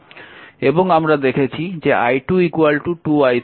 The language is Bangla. এবং আমরা দেখেছি যে i2 2 i3